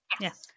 yes